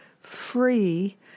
free